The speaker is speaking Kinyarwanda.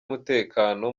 umutekano